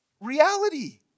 Reality